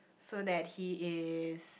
so that he is